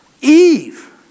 Eve